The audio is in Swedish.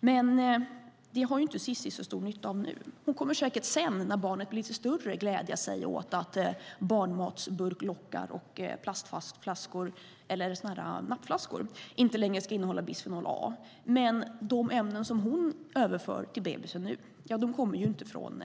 Men det har ju inte Cissi så stor nytta av nu. Hon kommer säkert sedan, när barnet blir lite större, att glädja sig åt att barnmatsburklock och nappflaskor inte längre ska innehålla bisfenol A, men de ämnen som hon för över till bebisen nu kommer ju inte från